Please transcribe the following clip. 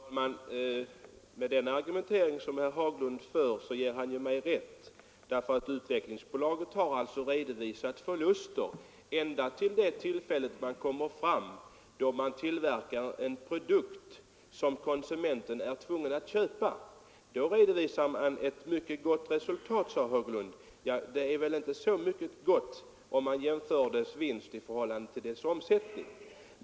Fru talman! Med sin argumentering ger herr Haglund mig rätt. Utvecklingsbolaget har alltså redovisat förluster ända till det tillfälle då det började tillverka en produkt som konsumenten är tvungen att köpa. Då redovisade bolaget ett mycket gott resultat, sade herr Haglund. Resultatet är inte särskilt gott om man jämför vinsten med företagets omsättning.